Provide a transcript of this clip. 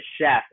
chef